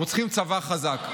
אנחנו צריכים צבא חזק.